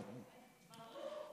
מעראבה,